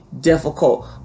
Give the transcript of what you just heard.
difficult